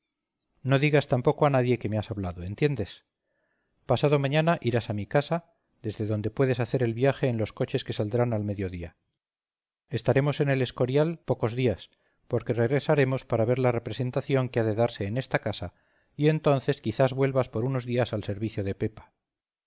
no digas tampoco a nadie que me has hablado entiendes pasado mañana irás a mi casa desde donde puedes hacer el viaje en los coches que saldrán al mediodía estaremos en el escorial pocos días porque regresaremos para ver la representación que ha de darse en esta casa y entonces quizás vuelvas por unos días al servicio de pepa